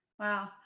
Wow